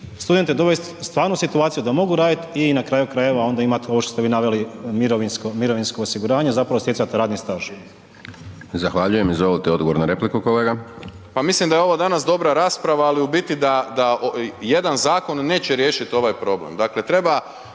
studente dovesti stvarno u situaciju da mogu raditi i na kraju krajeva onda imati, ovo što ste vi naveli, mirovinsko osiguranje, zapravo stjecate radni staž. **Hajdaš Dončić, Siniša (SDP)** Zahvaljujem. Izvolite odgovor na repliku kolega. **Đujić, Saša (SDP)** Pa mislim da je ovo danas dobra rasprava, ali u biti da, da jedan zakon neće riješiti ovaj problem. Dakle, treba